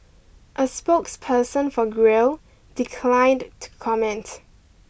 a spokeperson for Grail declined to comment